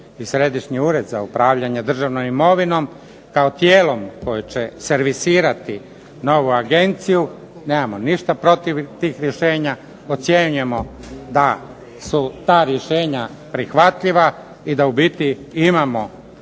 i Središnji ured za upravljanje državnom imovinom kao tijelom koje će servisirati novu agenciju, nemamo ništa protiv tih rješenja. Ocjenjujemo da su ta rješenja prihvatljiva i da u biti imamo